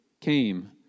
came